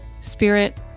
spirit